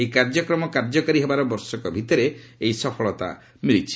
ଏହି କାର୍ଯ୍ୟକ୍ରମ କାର୍ଯ୍ୟକାରୀ ହେବାର ବର୍ଷକ ଭିତରେ ଏହି ସଫଳତା ହାସଲ ହୋଇଛି